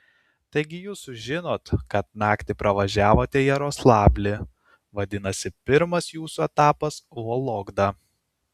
taigi jūs sužinot kad naktį pravažiavote jaroslavlį vadinasi pirmas jūsų etapas vologda